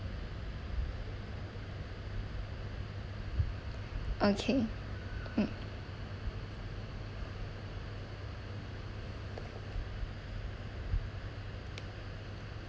okay mm